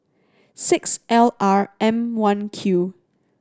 six L R M One Q